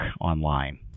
online